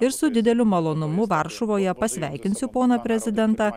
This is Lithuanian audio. ir su dideliu malonumu varšuvoje pasveikinsiu poną prezidentą